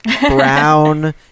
Brown